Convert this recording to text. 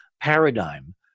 paradigm